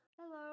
hello